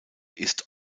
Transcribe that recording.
ist